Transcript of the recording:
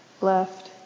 left